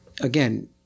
again